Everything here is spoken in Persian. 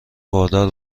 باردار